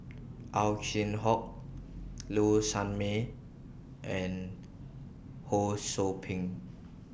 Ow Chin Hock Low Sanmay and Ho SOU Ping